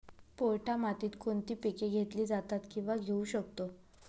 पोयटा मातीत कोणती पिके घेतली जातात, किंवा घेऊ शकतो?